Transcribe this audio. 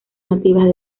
nativas